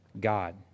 God